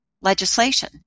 legislation